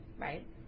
right